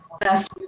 best